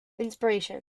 inspiration